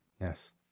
Yes